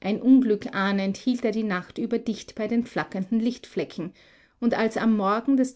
ein unglück ahnend hielt er die nacht über dicht bei den flackernden lichtflecken und als am morgen des